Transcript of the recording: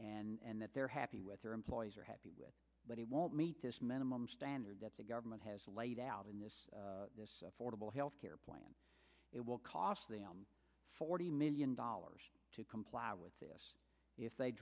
afford and that they're happy with their employees are happy with but he won't meet this man i'm standard that the government has laid out in this affordable health care plan it will cost them forty million dollars to comply with this if they